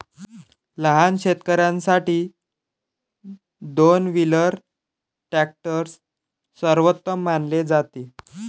लहान शेतकर्यांसाठी दोन व्हीलर ट्रॅक्टर सर्वोत्तम मानले जाते